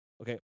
Okay